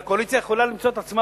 והקואליציה יכולה למצוא את עצמה